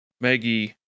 Maggie